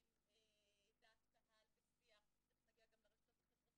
כמובילים דעת קהל ושיח תיכף נגיע גם לרשתות החברתיות